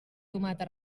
tomata